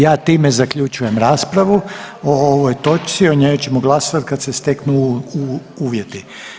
Ja time zaključujem raspravu o ovoj točci, o njoj ćemo glasovat kad se steknu uvjeti.